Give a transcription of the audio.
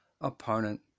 opponent